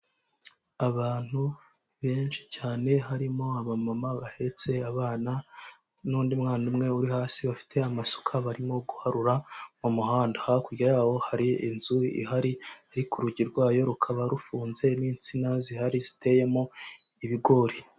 Abantu benshi cyane harimo abamama bahetse abana n'undi mwana umwe uri hasi bafite amasuka barimo guharura mu muhanda, hakurya yawo hari inzu ihari ariko urugi rwayo rukaba rufunze n'insina zihari ziteyemo ibigori.